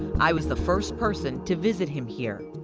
i was the first person to visit him here.